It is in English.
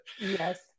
Yes